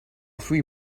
three